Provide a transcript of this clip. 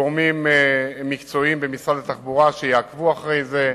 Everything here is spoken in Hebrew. גורמים מקצועיים במשרד התחבורה יעקבו אחרי זה,